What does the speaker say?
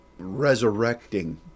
resurrecting